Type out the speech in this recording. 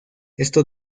esto